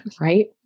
right